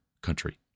country